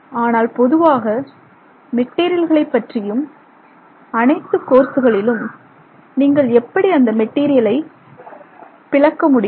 ஆனால் பொதுவாக மெட்டீரியல்களைப் பற்றியுள்ள அணைத்து கோர்ஸுகளிலும் நீங்கள் எப்படி அந்த மெட்டீரியலைப் பிளக்க முடியும்